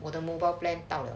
我的 mobile plan 到了